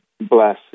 bless